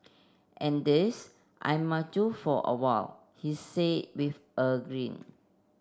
and this I might do for a while he say with a grin